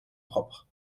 propre